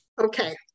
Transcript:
Okay